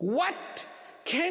what can